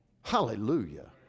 Hallelujah